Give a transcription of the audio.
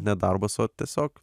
ne darbas o tiesiog